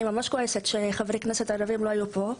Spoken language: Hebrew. מצד אחד אני ממש כועסת על זה שחברי הכנסת הערבים לא נמצאים פה,